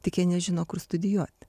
tik jie nežino kur studijuot